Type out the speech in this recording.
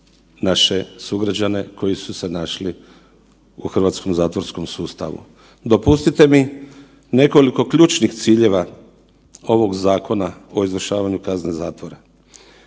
naše sugrađane koji su se našli u hrvatskom zatvorskom sustavu. Dopustite mi nekoliko ključnih ciljeva ovog Zakona o izvršavanju kazne zatvora.